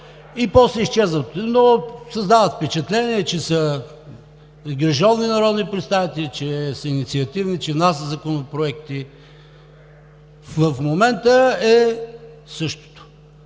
и после изчезват, но създават впечатление, че са грижовни народни представители, че са инициативни, че внасят законопроекти. В момента е същото.